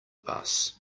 bus